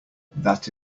that